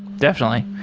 definitely.